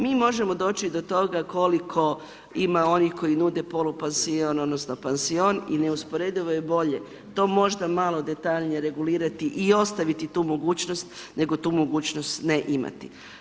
Mi možemo doći do toga koliko ima onih koji nude polupansion odnosno pansion i neusporedivo je bolje to možda malo detaljnije regulirati i ostaviti tu mogućnost, nego tu mogućnost ne imati.